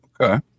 Okay